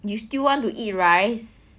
you still want to eat rice